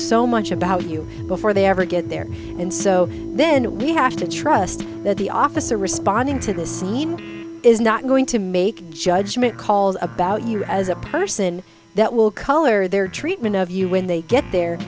so much about you before they ever get there and so then we have to trust that the officer responding to the seemed is not going to make judgment calls about you as a person that will color their treatment of you when they get the